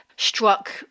struck